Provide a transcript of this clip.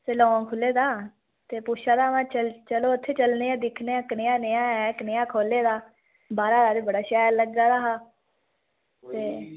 salon खु'ल्ले दा ते पुछा दा में चलो उत्थै चलने आं दिक्खने आं कनेहा नेहा ऐ कनेहा खु'ल्ले दा बाह्रा दा ते बड़ा शैल लगा दा हा ते